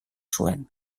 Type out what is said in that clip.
zuen